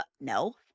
no